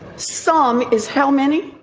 song is how many?